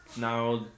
now